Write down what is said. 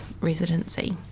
Residency